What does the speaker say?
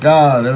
God